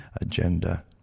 agenda